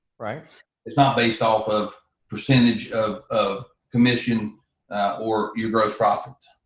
it's not based off of percentage of of commission or your gross profit.